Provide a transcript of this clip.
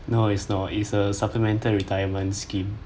no it's not it's a supplemented retirement scheme